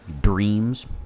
Dreams